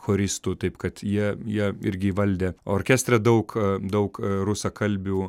choristų taip kad jie jie irgi įvaldę o orkestre daug daug rusakalbių